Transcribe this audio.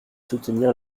soutenir